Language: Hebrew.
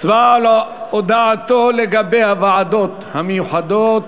הצבעה על הודעתו לגבי הוועדות המיוחדות.